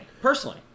personally